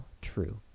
true